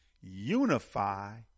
unify